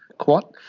quat,